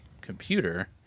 computer